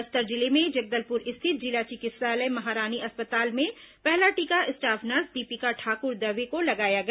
बस्तर जिले में जगदलपुर स्थित जिला चिकित्सालय महारानी अस्पताल में पहला टीका स्टाफ नर्स दीपिका ठाकुर दवे को लगाया गया